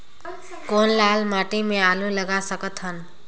कौन लाल माटी म आलू लगा सकत हन?